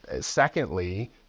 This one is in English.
secondly